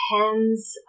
depends